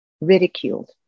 ridiculed